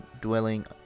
dwelling